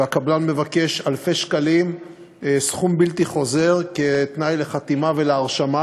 והקבלן מבקש אלפי שקלים סכום בלתי חוזר כתנאי לחתימה ולהרשמה,